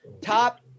top